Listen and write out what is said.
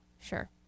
Sure